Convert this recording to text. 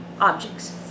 objects